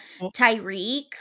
Tyreek